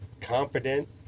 competent